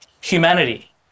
humanity